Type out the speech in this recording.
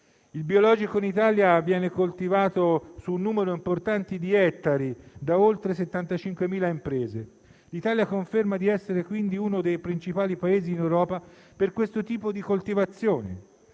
Il biologico in Italia viene coltivato su un numero importante di ettari da oltre 75.000 imprese. L'Italia conferma di essere quindi uno dei principali Paesi in Europa per questo tipo di coltivazione.